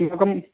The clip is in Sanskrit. अस्माकं